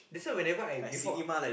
that's why when I come I default